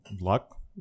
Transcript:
luck